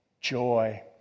joy